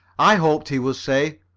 i hoped he would say,